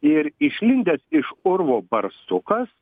ir išlindęs iš urvo barsukas